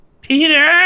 Peter